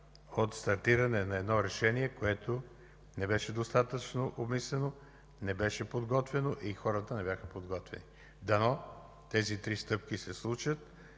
от стартиране на едно решение, което не беше достатъчно обмислено, не беше подготвено и хората не бяха подготвени. Дано тези три стъпки се случат